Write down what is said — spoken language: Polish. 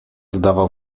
zdawał